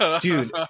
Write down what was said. Dude